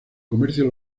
comercio